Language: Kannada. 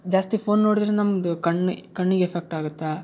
ಜಾಸ್ತಿ ಫೋನ್ ನೋಡಿದ್ರೆ ನಮ್ಮದು ಕಣ್ಣಿ ಕಣ್ಣಿಗೆ ಎಫೆಕ್ಟ್ ಆಗತ್ತೆ